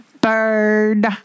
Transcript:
Bird